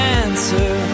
answer